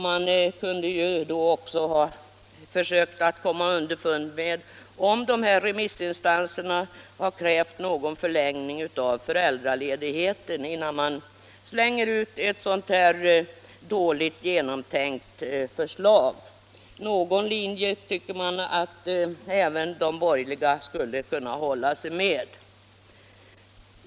Man kunde ju då också ha försökt att komma underfund med om remissinstanserna har krävt någon förlängning av föräldraledigheten innan man slänger ut ett så dåligt genomtänkt förslag. Någon linje kan det ju tyckas att även de borgerliga borde kunna hålla sig med.